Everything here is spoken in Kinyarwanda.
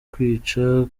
kwica